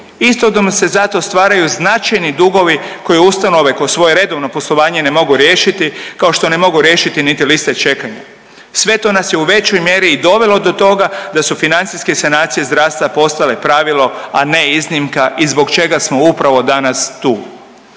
Istodobno se zato stvaraju značajni dugovi koje ustanove kroz svoje redovno poslovanje ne mogu riješiti kao što ne mogu riješiti niti liste čekanja. Sve to nas je u većoj mjeri i dovelo do toga da su financijske sanacije zdravstva postale pravilo, a ne iznimka i zbog čega smo upravo danas tu.